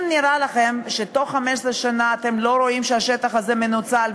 אם נראה לכם שבתוך 15 שנה אתם לא רואים ששטח הזה מנוצל,